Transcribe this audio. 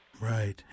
Right